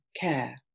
care